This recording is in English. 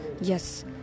Yes